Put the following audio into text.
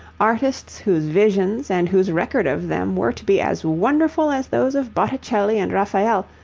artists whose visions and whose record of them were to be as wonderful as those of botticelli and raphael,